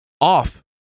off